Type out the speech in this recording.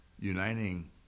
uniting